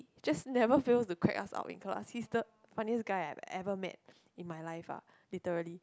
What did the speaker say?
just never fails to quack us out in class he's the funniest guy I've ever met in my life ah literally